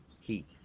heat